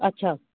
अच्छा